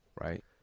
right